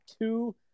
two